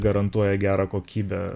garantuoja gerą kokybę